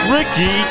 Ricky